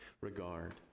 regard